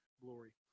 glory